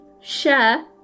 share